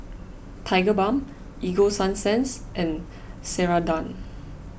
Tigerbalm Ego Sunsense and Ceradan